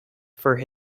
for